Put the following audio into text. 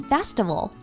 Festival